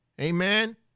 amen